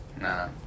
nah